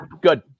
Good